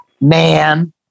Man